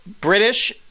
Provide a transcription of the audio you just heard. British